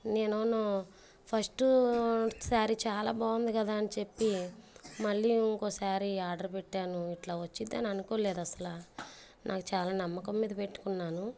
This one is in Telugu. నేను ఫస్ట్ శారీ చాలా బాగుంది కదా అని చెప్పి మళ్ళీ ఇంకో శారీ ఆర్డర్ పెట్టాను ఇట్లా వచ్చిద్దని అనుకోలేదు అసలు నాకు చాలా నమ్మకం మీద పెట్టుకున్నాను